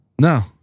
No